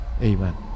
Amen